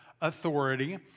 authority